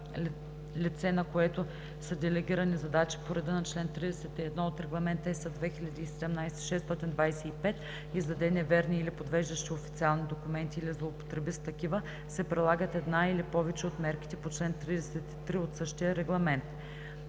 лице, на което са делегирани задачи по реда на чл. 31 от Регламент (ЕС) 2017/625, издаде неверни или подвеждащи официални документи или злоупотреби с такива, се прилагат една или повече от мерките по чл. 33 от същия регламент.“